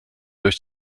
durch